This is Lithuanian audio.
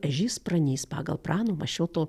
ežys pranys pagal prano mašioto